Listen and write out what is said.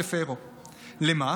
400,000 אירו, למה?